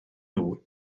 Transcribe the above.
nhw